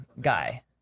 guy